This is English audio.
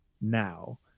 now